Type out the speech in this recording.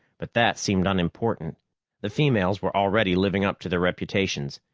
but that seemed unimportant the females were already living up to their reputations,